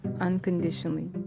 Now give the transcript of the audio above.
unconditionally